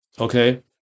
Okay